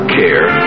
care